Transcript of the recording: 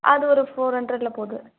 அது ஒரு ஃபோர் ஹண்ட்ரடில் போகுது